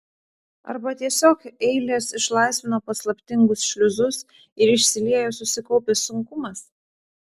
arba tiesiog eilės išlaisvino paslaptingus šliuzus ir išsiliejo susikaupęs sunkumas